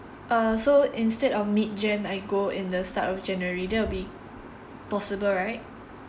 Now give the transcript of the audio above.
uh so instead of mid jan I go in the start of january that will be possible right